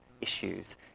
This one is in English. issues